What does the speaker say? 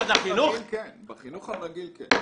בחינוך הרגיל, כן.